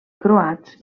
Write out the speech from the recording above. croats